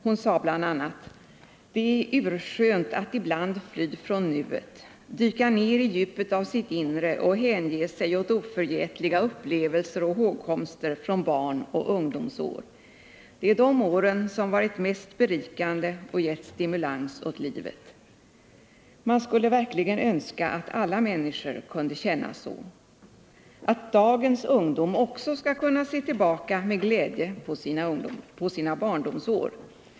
Hon sade bl.a.: ”Det är urskönt att ibland fly från nuet, dyka ner i djupet av sitt inre och hänge sig åt oförgätliga upplevelser och hågkomster från barnoch ungdomsår. Det är de åren som varit mest berikande och gett stimulans åt livet.” Man skulle verkligen önska att alla människor kunde känna så, att också dagens ungdom skall kunna se tillbaka med glädje på sina barndomsår.